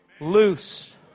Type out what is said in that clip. loose